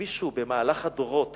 מישהו במהלך הדורות